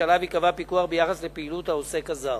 שעליו ייקבע פיקוח ביחס לפעילות העוסק הזר.